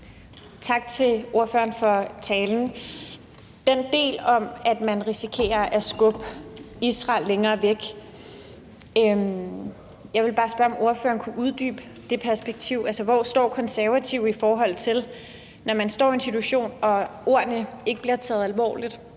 Tak til ordføreren for talen. Hvad angår den del om, at man risikerer at skubbe Israel længere væk, vil jeg bare spørge, om ordføreren kan uddybe det perspektiv. Altså, hvor står Konservative, i forhold til at man står i en situation, hvor ordene ikke bliver taget alvorligt,